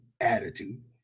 attitude